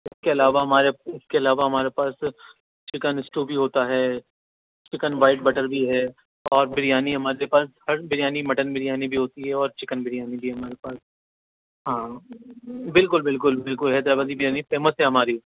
اس کے علاوہ ہمارے اس کے علاوہ ہمارے پاس چکن اسٹو بھی ہوتا ہے چکن وائٹ بٹر بھی ہے اور بریانی ہمارے پاس ہر بریانی مٹن بریانی بھی ہوتی ہے اور چکن بریانی بھی ہے ہمارے پاس ہاں بالکل بالکل بالکل حیدرآبادی بریانی فیمس ہے ہماری